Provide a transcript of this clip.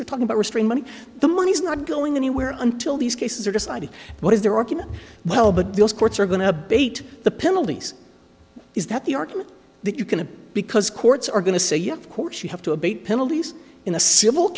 you're talking about restrain money the money's not going anywhere until these cases are decided what is their argument well but those courts are going to abate the penalties is that the argument that you can because courts are going to say yes of course you have to abate penalties in a civil